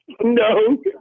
No